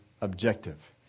objective